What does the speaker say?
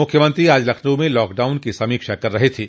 मुख्यमंत्री आज लखनऊ में लॉकडाउन की समीक्षा कर रहे थे